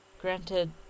Granted